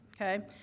okay